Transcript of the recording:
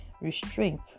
restraint